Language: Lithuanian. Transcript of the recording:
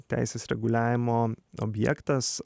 teisės reguliavimo objektas